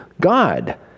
God